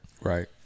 Right